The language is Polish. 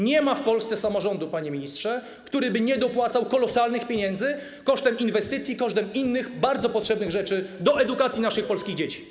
Nie ma w Polsce samorządu, panie ministrze, który by nie dopłacał kolosalnych pieniędzy - kosztem inwestycji, kosztem innych, bardzo potrzebnych rzeczy - do edukacji naszych polskich dzieci.